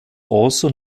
also